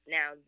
Now